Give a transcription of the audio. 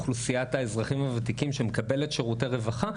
אוכלוסיית האזרחים הוותיקים שמקבלת שירותי רווחה,